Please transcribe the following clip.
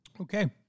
Okay